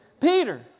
Peter